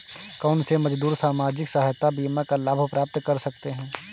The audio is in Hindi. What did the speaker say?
कौनसे मजदूर सामाजिक सहायता बीमा का लाभ प्राप्त कर सकते हैं?